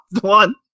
one